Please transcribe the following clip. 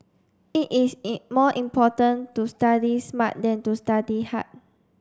it is more important to study smart than to study hard